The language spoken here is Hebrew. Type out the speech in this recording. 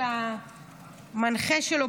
שהמנחה שלו,